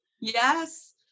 Yes